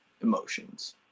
emotions